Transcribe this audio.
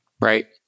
Right